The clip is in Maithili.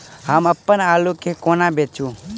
हम अप्पन आलु केँ कोना बेचू?